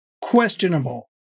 questionable